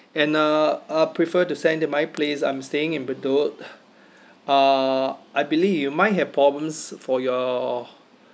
and uh uh prefer to send to my place I'm staying in bedok uh I believe you might have problems for your